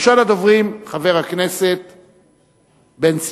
ראשון הדוברים, חבר הכנסת בן-סימון.